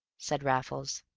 said raffles.